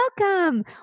welcome